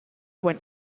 when